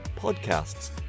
podcasts